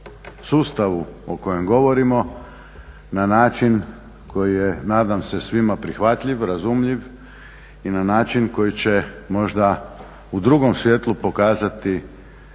sustavu o kojem govorimo na način koji je nadam se svima prihvatljiv, razumljiv i na način koji će možda u drugom svjetlu pokazati